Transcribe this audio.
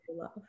love